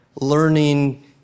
learning